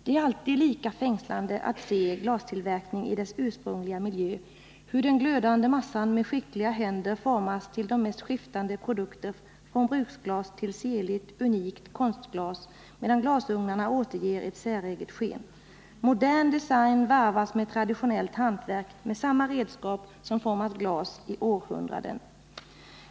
—--—- Det är alltid lika fängslande att se glastillverkning i dess ursprungliga miljö, hur den glödande massan med skickliga händer formas till de mest skiftande produkter från bruksglas till sirligt, unikt konstglas medan glasugnarna återger ett säreget sken. Modern design varvas med traditionellt hantverk med samma redskap som format glas i århundraden.